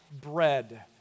bread